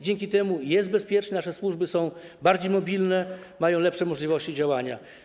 Dzięki temu jest bezpiecznie, nasze służby są bardziej mobilne, mają lepsze możliwości działania.